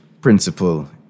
principle